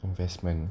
investment